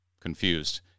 confused